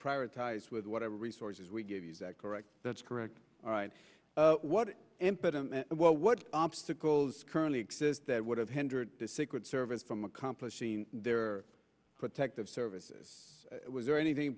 prioritize with whatever resources we get is that correct that's correct what impotent what obstacles currently exist that would have hindered the secret service from accomplishing their protective services was there anything in